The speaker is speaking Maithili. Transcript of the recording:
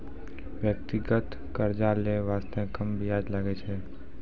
व्यक्तिगत कर्जा लै बासते कम बियाज लागै छै